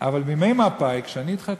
אבל מימי מפא"י, כשאני התחתנתי,